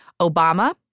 Obama